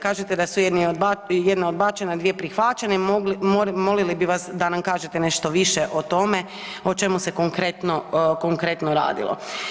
Kažete da je jedna odbačena, dvije prihvaćene i molili bi vas da nam kažete nešto više o tome o čemu se konkretno radilo.